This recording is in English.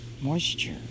Moisture